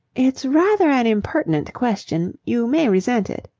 it's rather an impertinent question. you may resent it.